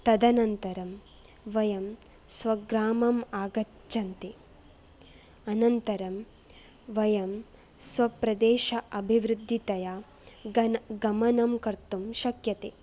तदनन्तरं वयं स्वग्रामम् आगच्छन्ति अनन्तरं वयं स्वप्रदेश अभिवृद्धितया गमनं कर्तुं शक्यते